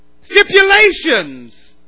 stipulations